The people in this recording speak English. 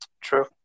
True